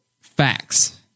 facts